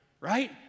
right